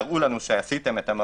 תראו לנו שעשיתם אותו,